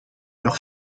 leur